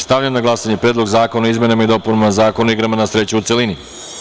Stavljam na glasanje Predlog zakona o izmenama i dopunama Zakona o igrama na sreću, u celini.